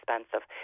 expensive